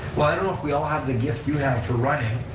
well, i don't know if we all have the gift you have for running,